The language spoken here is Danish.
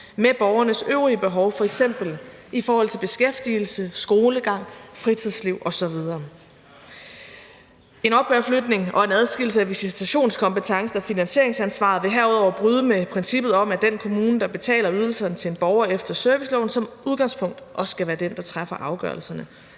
med borgernes øvrige behov, f.eks. i forhold til beskæftigelse, skolegang, fritidsliv osv. En opgaveflytning og en adskillelse af visitationskompetencen og finansieringsansvaret vil herudover bryde med princippet om, at den kommune, der betaler ydelserne til en borger efter serviceloven, som udgangspunkt også skal være den, der træffer afgørelserne